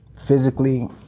physically